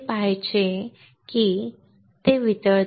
कारण ते मेल्ट की नाही हे पाहायचे असते